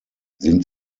sind